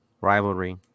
rivalry